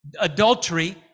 adultery